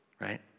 right